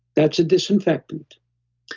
that's a disinfectant.